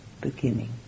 beginning